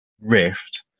Rift